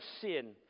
sin